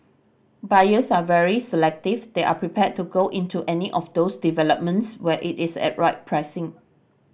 buyers are very selective they are prepared to go into any of those developments where it is at right pricing